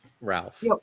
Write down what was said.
Ralph